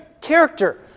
character